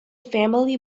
family